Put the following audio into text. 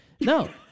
No